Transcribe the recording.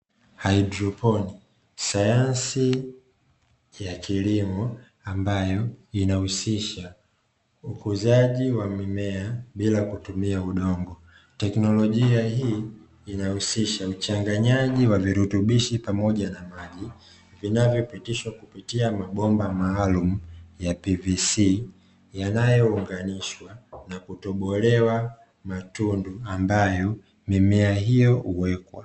Haidroponi, sayansi ya kilimo ambayo inahusisha ukuzaji wa mimea bila kutumia udongo. Teknolojia hii inahusisha uchanganyaji wa virutubisho pamoja na maji, vinavyopitishwa kupitia mabomba maalumu ya "PVC" yanayounganishwa na kutobolewa matundu ambayo mimea hiyo huwekwa.